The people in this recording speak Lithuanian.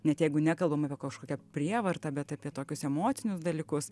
net jeigu nekalbam apie kažkokią prievartą bet apie tokius emocinius dalykus